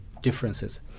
differences